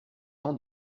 ans